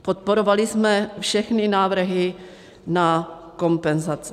Podporovali jsme všechny návrhy na kompenzace.